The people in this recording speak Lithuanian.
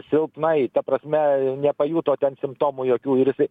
silpnai ta prasme nepajuto ten simptomų jokių ir jisai